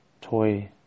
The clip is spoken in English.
toy